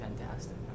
fantastic